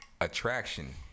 attraction